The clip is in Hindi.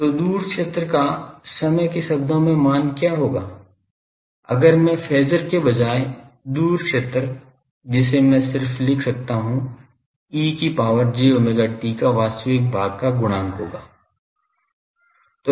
तो दूर क्षेत्र का समय के शब्दों में मान क्या होगा अगर मैं फेज़र के बजाय दूर क्षेत्र जिसे मैं सिर्फ लिख सकता हूं e की power j omega t का वास्तविक भाग का गुणक होगा